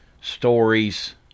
stories